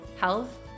health